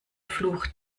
fluch